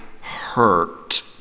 hurt